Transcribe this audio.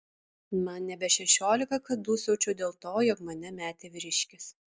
man nebe šešiolika kad dūsaučiau dėl to jog mane metė vyriškis